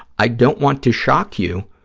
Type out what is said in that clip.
i don't want to shock you.